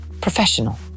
Professional